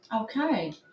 Okay